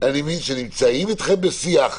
שאני מבין שנמצאים אתכם בשיח,